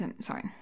sorry